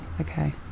Okay